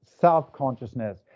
self-consciousness